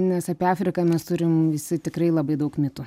nes apie afriką mes turim visi tikrai labai daug mitų